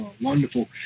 Wonderful